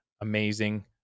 amazing